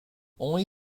only